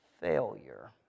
failure